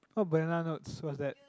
what banana notes what's that